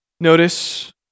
Notice